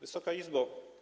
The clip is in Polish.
Wysoka Izbo!